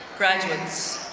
graduates,